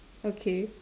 okay